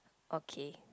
okay